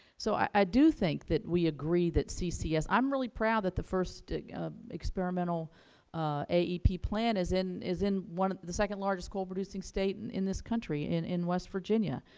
so i do think that we agree that ccs i am really proud that the first experimental aep plant is in is in the second largest coal-producing state and in this country, in in west virginia.